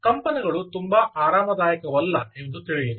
ಕಂಪನಗಳು ತುಂಬಾ ಆರಾಮದಾಯಕವಲ್ಲ ಎಂದು ತಿಳಿಯಿರಿ